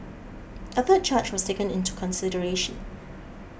a third charge was taken into consideration